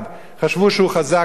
חשבו שהוא חזק מאוד.